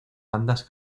bandas